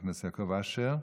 חבר הכנסת יעקב אשר.